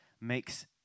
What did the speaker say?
makes